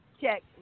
check